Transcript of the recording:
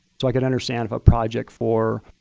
so i can understand if a project for,